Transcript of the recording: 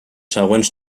següents